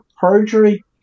perjury